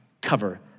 cover